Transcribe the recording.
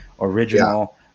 original